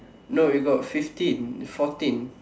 no you got fifteen fourteen